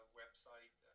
website